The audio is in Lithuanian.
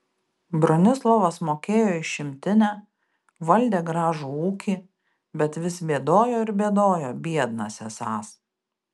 bronislovas mokėjo išimtinę valdė gražų ūkį bet vis bėdojo ir bėdojo biednas esąs